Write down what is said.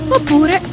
Oppure